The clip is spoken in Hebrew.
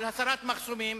על הסרת מחסומים,